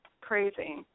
crazy